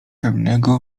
pewnego